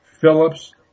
Phillips